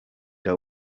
they